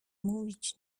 mówić